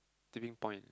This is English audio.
tipping point